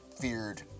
feared